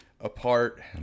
apart